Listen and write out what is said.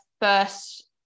first